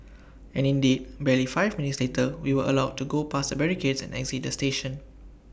and indeed barely five minutes later we were allowed to go past the barricades and exit the station